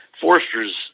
Foresters